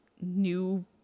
new